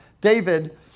David